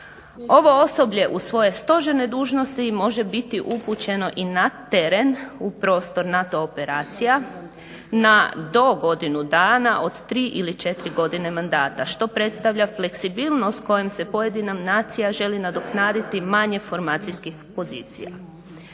Ovo osoblje uz svoje stožerne dužnosti može biti i upućeno na teren u prostor NATO operacija na do godinu dana od tri ili četiri godine mandata, što predstavlja fleksibilnost kojom se pojedina nacija želi nadoknaditi manje formacijskih pozicija.